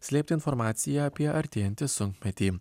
slėpti informaciją apie artėjantį sunkmetį